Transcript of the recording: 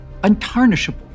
untarnishable